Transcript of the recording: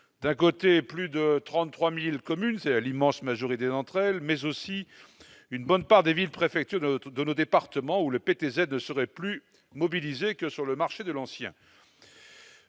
d'un côté, plus de 33000 communes, c'est l'immense majorité d'entre elles, mais aussi une bonne part des villes préfectures tout de nos départements où le PTZ ne serait plus mobilisés que sur le marché de l'ancien.